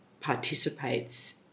participates